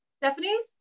Stephanie's